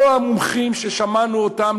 כל המומחים ששמענו אותם,